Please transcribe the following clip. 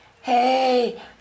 hey